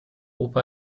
opa